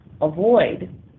avoid